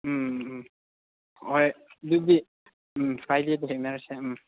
ꯎꯝ ꯎꯝ ꯍꯣꯏ ꯑꯗꯨꯗꯤ ꯎꯝ ꯐ꯭ꯔꯥꯏꯗꯦꯗ ꯊꯦꯡꯅꯔꯁꯦ ꯎꯝ